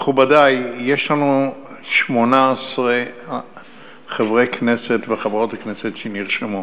מכובדי, יש לנו 18 חברי כנסת וחברות כנסת שנרשמו.